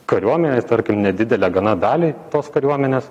kariuomenėj tarkim nedidelę gana dalį tos kariuomenės